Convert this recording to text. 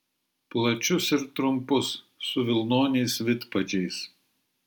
plačius ir trumpus su vilnoniais vidpadžiais